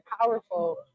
powerful